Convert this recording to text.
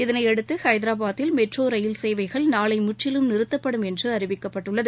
இதனையடுத்து ஹைதரபாத்தில் மெட்ரோரயில் சேவைகள் நாளைமுற்றிலும் நிறுத்தப்படும் என்றுஅறிவிக்கப்பட்டுள்ளது